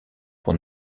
pour